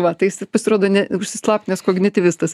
va tai jis ir pasirodo ne užsislaptinęs kognityvistas